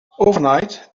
overnight